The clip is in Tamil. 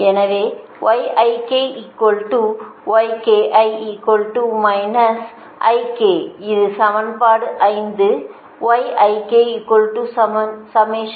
எனவே இது சமன்பாடு 5